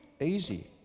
easy